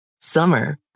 Summer